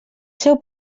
seu